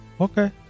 Okay